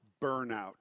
Burnout